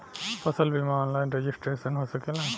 फसल बिमा online registration हो सकेला?